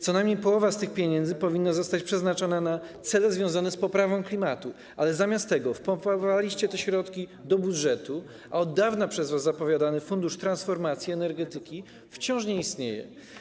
Co najmniej połowa tych pieniędzy powinna zostać przeznaczona na cele związane z poprawą klimatu, ale zamiast tego wpompowaliście te środki do budżetu, a od dawna przez was zapowiadany Fundusz Transformacji Energetyki wciąż nie istnieje.